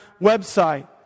website